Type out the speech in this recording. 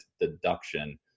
deduction